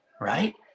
right